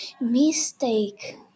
mistake